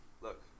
look